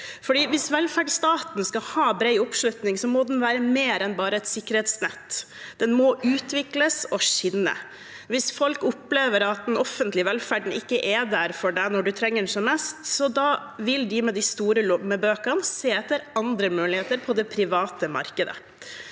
Hvis velferdsstaten skal ha bred oppslutning, må den være mer enn bare et sikkerhetsnett. Den må utvikles og skinne. Hvis folk opplever at den offentlige velferden ikke er der for dem når de trenger den som mest, vil de med de store lommebøkene se etter andre muligheter på det private markedet.